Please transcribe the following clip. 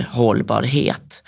hållbarhet